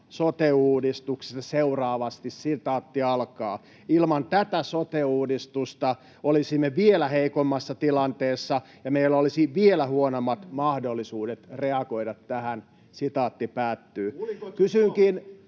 sote-uudistuksesta seuraavasti: ”Ilman tätä sote-uudistusta olisimme vielä heikommassa tilanteessa ja meillä olisi vielä huonommat mahdollisuudet reagoida tähän.” Kysynkin